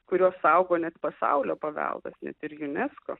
kuriuos saugo net pasaulio paveldas ir unesco